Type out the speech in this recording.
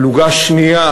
פלוגה שנייה,